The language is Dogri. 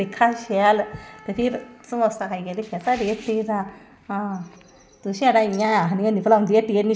सीटी च घा ऐ ओह् ते मरदा गै नी ऐ सारी नकली दवा अवा दी ऐ एह्दै इलावा उब्बन बी फसल दै बिच्च होंदी ऐ